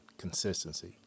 consistency